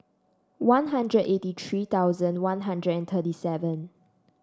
One Hundred eighty three thousand One Hundred and thirty seven